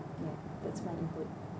yeah that's my input